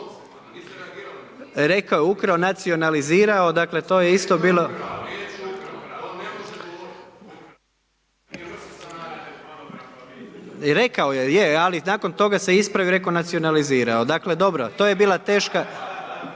Rekao je, je, ali nakon toga se ispravio i rekao nacionalizirao, dakle to je bila teška